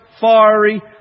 fiery